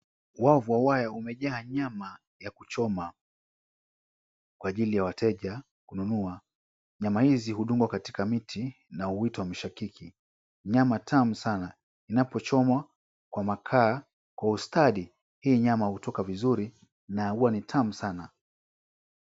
Wavu wa waya umejaa nyama ya kuchoma kwa ajili ya wateja kununua. Nyama hizi hudungwa katika miti na huitwa mishakiki. Nyama tamu saana inapochomwa kwa makaa kwa ustadi hii nyama hutoka vizuri na huwa ni tamu saana.